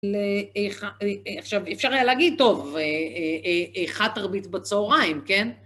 אפשר היה להגיד, טוב, אחת תרבית בצהריים, כן?